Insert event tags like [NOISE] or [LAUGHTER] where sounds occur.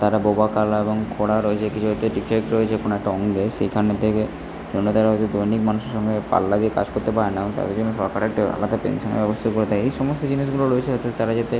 তারা বোবা কালা এবং খোঁড়া রয়েছে কিছু হয়তো ডিফেক্ট রয়েছে কোনো একটা অঙ্গে সেইখান থেকে [UNINTELLIGIBLE] তারা হয়তো দৈনিক মানুষের সঙ্গে পাল্লা দিয়ে কাজ করতে পারে না এবং তাদের জন্য সরকারের একটা আলাদা পেনশানের ব্যবস্থা করে দেয় এই সমস্ত জিনিসগুলো রয়েছে যাতে তারা যাতে